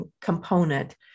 component